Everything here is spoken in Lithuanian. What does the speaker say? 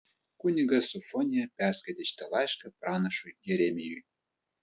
kunigas sofonija perskaitė šitą laišką pranašui jeremijui